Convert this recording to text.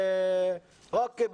אוקיי,